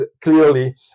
clearly